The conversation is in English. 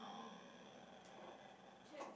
um